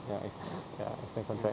ya ex~ ya extend the contract